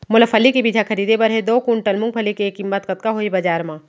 मोला फल्ली के बीजहा खरीदे बर हे दो कुंटल मूंगफली के किम्मत कतका होही बजार म?